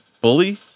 Bully